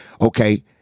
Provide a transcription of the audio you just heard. okay